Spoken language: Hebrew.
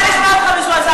אני רוצה לשמוע אותך מזועזע.